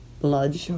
blood